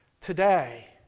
today